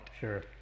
Sure